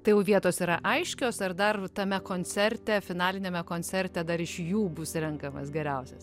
tai jau vietos yra aiškios ar dar tame koncerte finaliniame koncerte dar iš jų bus renkamas geriausias